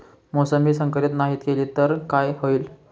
मोसंबी संकरित नाही केली तर काय होईल?